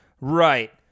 Right